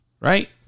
right